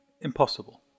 Impossible